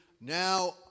now